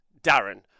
Darren